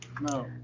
No